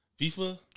FIFA